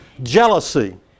jealousy